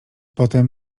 potem